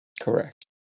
Correct